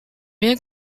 bien